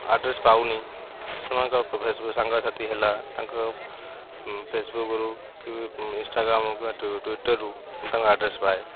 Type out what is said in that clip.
address ପାଉନି ସେମାନଙ୍କ ସାଙ୍ଗସାଥି ହେଲା ତାଙ୍କ ଫେସବୁକ୍ରୁ କି ଇନଷ୍ଟାଗ୍ରାମ୍ କିମ୍ବା ଟୁଇଟର୍ରୁ ତାଙ୍କ ଆଡ଼୍ରେସ୍ ପାଏ